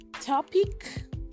topic